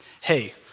Hey